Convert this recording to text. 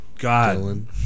God